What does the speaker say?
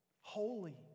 holy